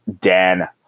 Dan